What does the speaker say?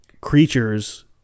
creatures